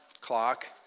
clock